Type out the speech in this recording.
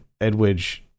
Edwidge